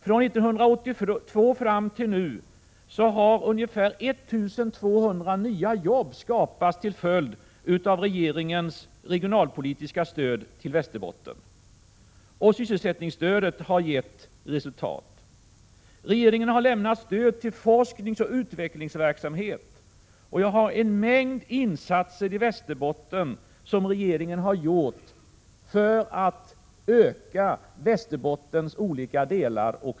Från 1982 fram till nu har ungefär 1 200 nya jobb skapats till följd av regeringens regionalpolitiska stöd till Västerbotten. Sysselsättningsstödet har gett resultat. Regeringen har lämnat stöd till forskningsoch utvecklingsverksamhet. Regeringen har gjort en mängd insatser i Västerbotten för att utveckla och öka sysselsättningen i Västerbottens olika delar.